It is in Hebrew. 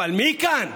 אבל מכאן,